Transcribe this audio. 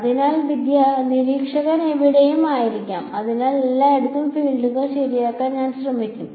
അതിനാൽ നിരീക്ഷകൻ എവിടെയും ആയിരിക്കാം അതിനാൽ എല്ലായിടത്തും ഫീൽഡുകൾ ശരിയാക്കാൻ ഞാൻ ശ്രമിക്കും